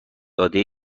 داده